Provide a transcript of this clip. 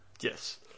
Yes